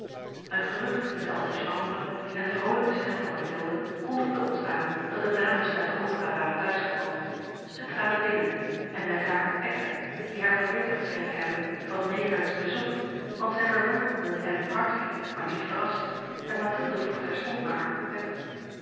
gerucht in de antichambre en de vroolijke stem van mathilde kondigden ons aan dat de dames uit de opera waren thuis gekomen zij traden binnen en met haar eckbert die haar verwittigd scheen te hebben van meekern's bezoek want zij verwelkomden hem hartelijk maar niet verrast en mathilde vroeg terstond naar haar